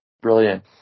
Brilliant